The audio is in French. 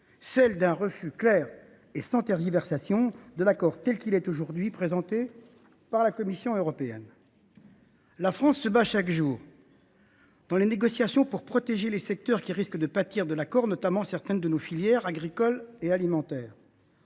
celle d’un refus clair et sans tergiversation de l’accord tel qu’il est aujourd’hui présenté par la Commission européenne. La France se bat chaque jour dans les négociations pour protéger les secteurs qui risquent de pâtir de l’accord, notamment certaines de nos filières agricoles et alimentaires.